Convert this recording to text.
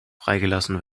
freigelassen